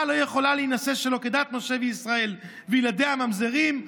לא יכולה להינשא שלא כדת משה וישראל וילדיה ממזרים,